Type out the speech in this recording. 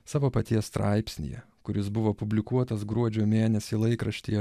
savo paties straipsnyje kuris buvo publikuotas gruodžio mėnesį laikraštyje